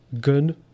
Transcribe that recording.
good